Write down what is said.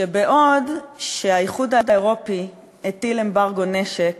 שבעוד האיחוד האירופי הפסיק, הטיל אמברגו נשק